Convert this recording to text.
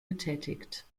getätigt